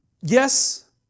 yes